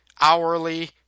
hourly